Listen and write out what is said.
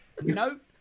nope